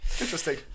Interesting